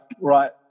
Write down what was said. right